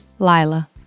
Lila